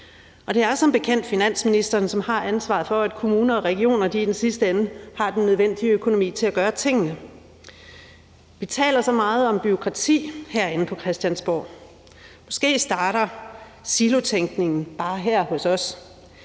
Det er som bekendt finansministeren, som har ansvaret for, at kommuner og regioner i den sidste ende har den nødvendige økonomi til at gøre tingene. Vi taler så meget om bureaukrati herinde på Christiansborg. Måske starter silotænkningen bare her hos os.